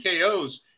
KOs